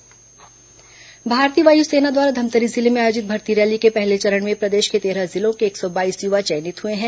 वायुसेना भर्ती रैली भारतीय वायुसेना द्वारा धमतरी जिले में आयोजित भर्ती रैली के पहले चरण में प्रदेश के तेरह जिलों के एक सौ बाईस युवा चयनित हुए हैं